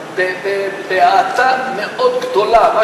בנו, אבל בהאטה מאוד גדולה.